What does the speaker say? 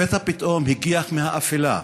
לפתע פתאום הגיח מהאפלה,